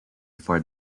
before